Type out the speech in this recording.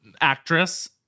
actress